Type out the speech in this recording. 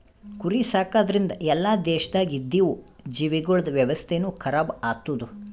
ಕುರಿ ಸಾಕದ್ರಿಂದ್ ಎಲ್ಲಾ ದೇಶದಾಗ್ ಇದ್ದಿವು ಜೀವಿಗೊಳ್ದ ವ್ಯವಸ್ಥೆನು ಖರಾಬ್ ಆತ್ತುದ್